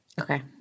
Okay